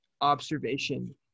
observation